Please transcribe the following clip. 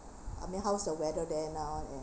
I mean how's the weather there now and